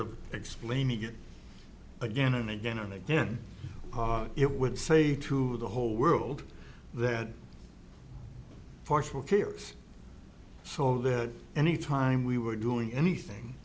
of explaining it again and again and again it would say to the whole world that forceful cares so that anytime we were doing anything